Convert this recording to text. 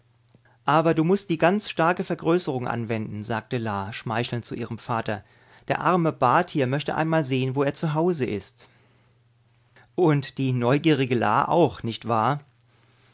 aber du mußt die ganz starke vergrößerung anwenden sagte la schmeichelnd zu ihrem vater der arme bat hier möchte einmal sehen wo er zu hause ist und die neugierige la auch nicht wahr